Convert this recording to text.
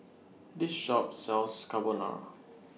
This Shop sells Carbonara